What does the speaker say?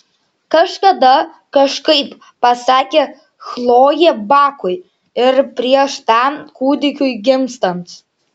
kažkada kažkaip pasakė chlojė bakui ir prieš tam kūdikiui gimstant